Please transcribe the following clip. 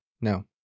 No